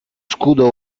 scudo